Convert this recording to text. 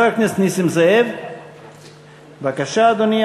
חבר הכנסת נסים זאב, בבקשה, אדוני.